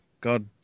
God